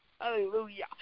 Hallelujah